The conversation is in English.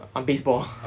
err baseball